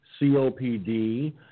COPD